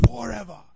forever